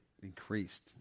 Increased